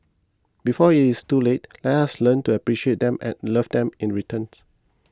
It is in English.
before it's too late let us learn to appreciate them and love them in return